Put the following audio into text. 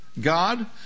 God